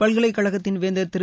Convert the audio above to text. பல்கலைக்கழகத்தின் வேந்தர் திரு